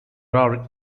are